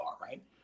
right